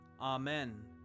Amen